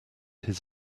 his